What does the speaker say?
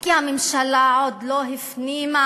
כי הממשלה עוד לא הפנימה,